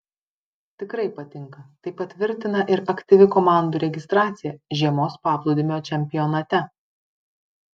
tikrai patinka tai patvirtina ir aktyvi komandų registracija žiemos paplūdimio čempionate